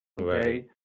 okay